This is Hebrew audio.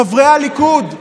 חברי הליכוד,